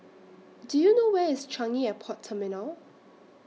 Do YOU know Where IS Changi Airport Terminal